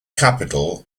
capital